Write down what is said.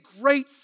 great